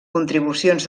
contribucions